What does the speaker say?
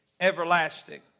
everlasting